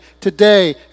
today